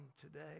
today